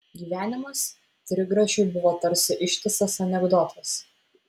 gyvenimas trigrašiui buvo tarsi ištisas anekdotas